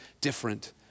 different